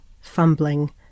fumbling